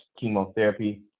chemotherapy